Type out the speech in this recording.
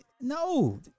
no